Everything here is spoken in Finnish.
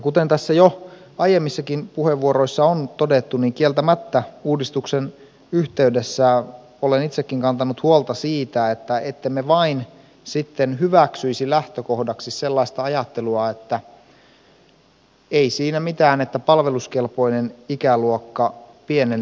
kuten jo aiemmissakin puheenvuoroissa on todettu niin kieltämättä uudistuksen yhteydessä olen itsekin kantanut huolta siitä ettemme vain sitten hyväksyisi lähtökohdaksi sellaista ajattelua että ei siinä mitään että palveluskelpoinen ikäluokka pienenee